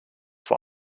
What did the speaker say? vor